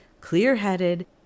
clear-headed